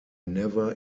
never